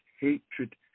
hatred